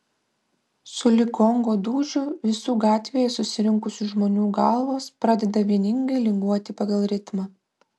sulig gongo dūžiu visų gatvėje susirinkusių žmonių galvos pradeda vieningai linguoti pagal ritmą